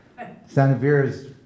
Sanavir's